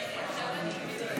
כבוד